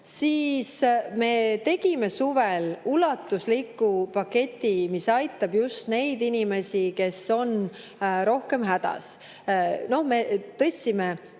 siis me tegime suvel ulatusliku paketi, mis aitab just neid inimesi, kes on rohkem hädas. Me tõstsime